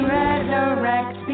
resurrect